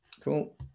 Cool